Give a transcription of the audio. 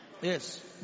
Yes